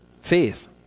faith